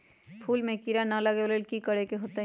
फूल में किरा ना लगे ओ लेल कि करे के होतई?